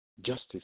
justice